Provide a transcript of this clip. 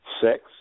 sex